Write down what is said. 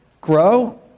grow